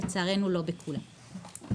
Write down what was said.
לצערנו לא בכולם.